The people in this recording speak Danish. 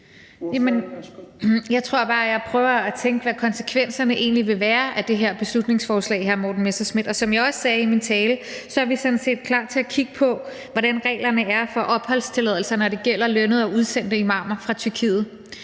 jeg prøver at tænke over, hvad konsekvenserne egentlig vil være af det her beslutningsforslag, hr. Morten Messerschmidt. Og som jeg også sagde i min tale, er vi sådan set klar til at kigge på, hvordan reglerne er for opholdstilladelser, når det gælder lønnede og udsendte imamer fra Tyrkiet.